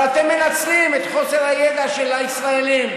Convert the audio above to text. אבל אתם מנצלים את חוסר הידע של הישראלים,